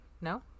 No